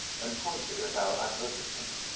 and pointed at our advertisement.